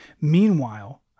Meanwhile